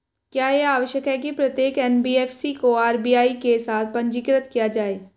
क्या यह आवश्यक है कि प्रत्येक एन.बी.एफ.सी को आर.बी.आई के साथ पंजीकृत किया जाए?